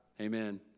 Amen